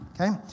Okay